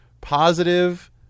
positive